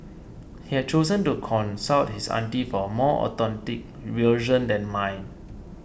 he has chosen to consult his auntie for a more authentic version than mine